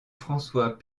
françois